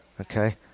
Okay